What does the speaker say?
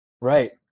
Right